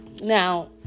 now